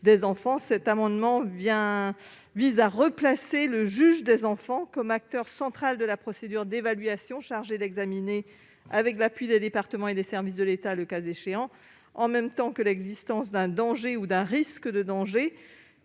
des enfants. Cet amendement vise à replacer le juge des enfants comme acteur central de la procédure d'évaluation chargée de déterminer, avec l'appui des départements et des services de l'état le cas échéant, en même temps que l'existence d'un danger ou d'un risque de danger,